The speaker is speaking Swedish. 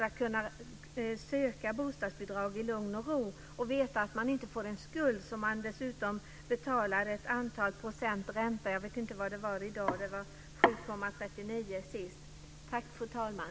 De ska kunna söka bostadsbidrag i lugn och ro och veta att de inte får en skuld som de dessutom betalar ett antal procent i ränta på. Jag vet inte vad den är i dag. Sist var den